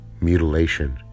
mutilation